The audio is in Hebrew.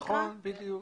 נכון, בדיוק.